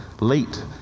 late